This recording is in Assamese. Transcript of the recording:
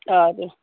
অঁ দে